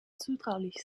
zutraulich